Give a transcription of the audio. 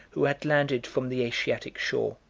who had landed from the asiatic shore.